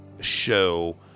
show